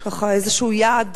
או ככה איזה יעד